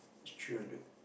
th~ three hundred